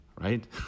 right